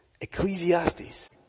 Ecclesiastes